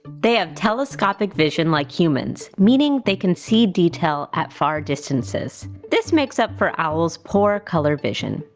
they have telescopic vision like humans meaning they can see detail at far distances. this makes up for owl's poor colour vision.